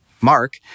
Mark